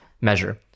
measure